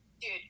Dude